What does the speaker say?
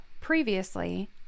previously